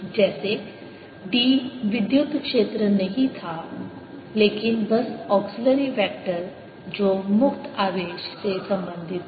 जैसे D विद्युत क्षेत्र नहीं था लेकिन बस ऑक्सीलिरी वेक्टर जो मुक्त आवेश से संबंधित था